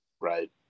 right